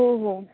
हो हो